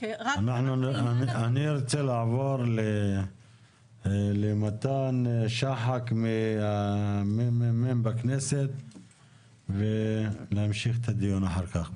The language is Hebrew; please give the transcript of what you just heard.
אני רוצה לעבור למתן שחק ממשרד המשפטים ולהמשיך את הדיון אחר כך.